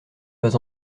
pas